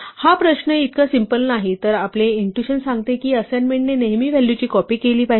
हा प्रश्न इतका सिम्पल नाही तर आपले इंटुशन सांगते की असाइनमेंटने नेहमी व्हॅलूची कॉपी केली पाहिजे